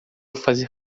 fazer